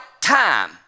time